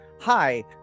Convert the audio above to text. hi